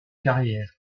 carrière